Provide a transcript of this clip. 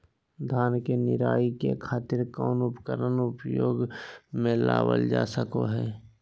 धान के निराई के खातिर कौन उपकरण उपयोग मे लावल जा सको हय?